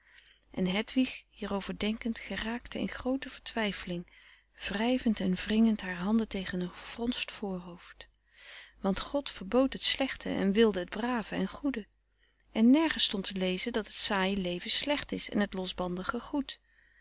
en hedwig hierover denkend geraakte in groote vertwijfeling wrijvend en wringend haar handen tegen een gefronst voorhoofd want god verbood het slechte en wilde het brave en goede en nergens stond te lezen dat het saaie leven slecht is en het losbandige goed